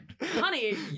honey